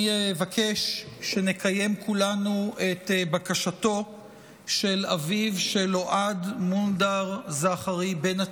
אני אבקש שנקיים כולנו את בקשתו של אביו של אוהד מונדר זכרי בן התשע,